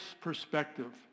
perspective